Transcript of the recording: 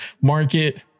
market